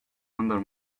under